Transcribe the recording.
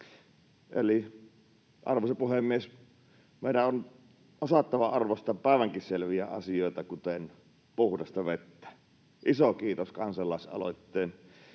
Eli, arvoisa puhemies, meidän on osattava arvostaa päivänselviäkin asioita, kuten puhdasta vettä. Iso kiitos kansalaisaloitteen